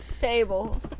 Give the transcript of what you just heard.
Table